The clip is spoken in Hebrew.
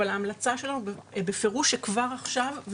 אבל ההמלצה שלנו היא שכבר עכשיו,